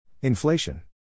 Inflation